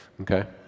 Okay